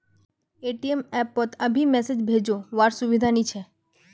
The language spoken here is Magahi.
ए.टी.एम एप पोत अभी मैसेज भेजो वार सुविधा नी छे